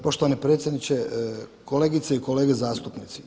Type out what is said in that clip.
Poštovani predsjedniče, kolegice i kolege zastupnici.